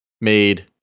made